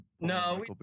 No